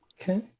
Okay